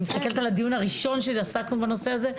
אני מסתכלת על הדיון הראשון שהתעסקנו בנושא הזה,